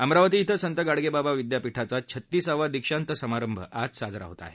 अमरावती िक्व संत गाडगेबाबा विद्यापीठाचा छत्तीसावा दीक्षांत समारंभ आज साजरा होत आहे